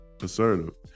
assertive